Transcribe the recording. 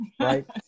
right